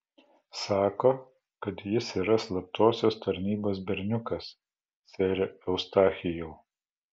sako kad jis yra slaptosios tarnybos berniukas sere eustachijau